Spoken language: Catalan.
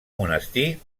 monestir